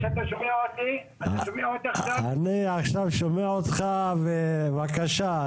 אני עכשיו שומע אותך, בבקשה.